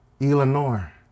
Eleanor